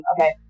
okay